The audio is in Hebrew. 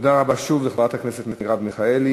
תודה רבה, שוב, לחברת הכנסת מרב מיכאלי.